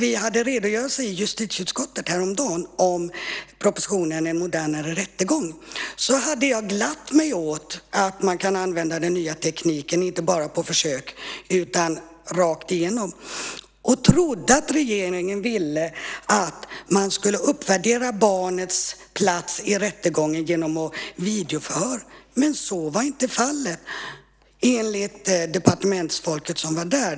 Inför redogörelsen i justitieutskottet häromdagen för propositionen En modernare rättegång hade jag glatt mig åt att man skulle kunna använda den nya tekniken, inte bara på försök utan fullt ut, och trodde att regeringen ville att man skulle uppvärdera barnets plats i rättegången genom videoförhör. Men så var inte fallet enligt departementsfolket som var där.